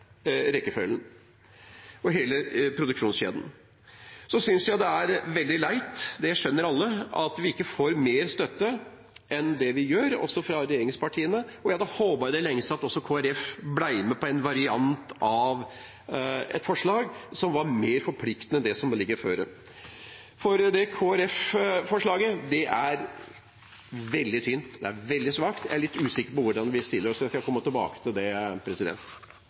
rekkefølgen og hele produksjonskjeden. Jeg synes det er veldig leit, det skjønner alle, at vi ikke får mer støtte enn det vi gjør, også fra regjeringspartiene. Vi hadde håpet i det lengste at også Kristelig Folkeparti ble med på en variant av et forslag som var mer forpliktende enn det som foreligger, for forslaget fra Senterpartiet er veldig tynt, det er veldig svakt. Jeg er litt usikker på hvordan vi stiller oss – jeg skal komme tilbake til det.